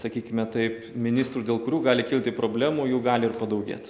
sakykime taip ministrų dėl kurių gali kilti problemų jų gali ir padaugėt